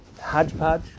hodgepodge